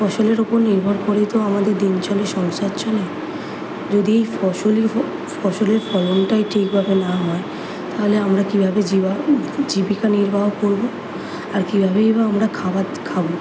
ফসলের উপর নির্ভর করেই তো আমাদের দিন চলে সংসার চলে যদি এই ফসলই ফসলের ফলনটাই ঠিকভাবে না হয় তাহলে আমরা কীভাবে জীবিকা নির্বাহ করব আর কীভাবেই বা আমরা খাবার খাব